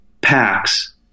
packs